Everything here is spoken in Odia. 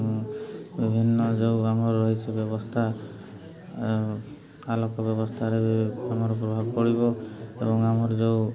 ବିଭିନ୍ନ ଯୋଉ ଆମର ରହିଛି ବ୍ୟବସ୍ଥା ଆଲୋକ ବ୍ୟବସ୍ଥାରେ ବି ଆମର ପ୍ରଭାବ ପଡ଼ିବ ଏବଂ ଆମର ଯୋଉ